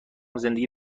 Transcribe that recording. زندگی